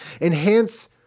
Enhance